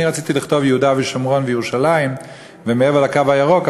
אני רציתי לכתוב: יהודה ושומרון וירושלים ומעבר לקו הירוק,